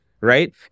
right